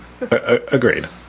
Agreed